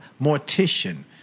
mortician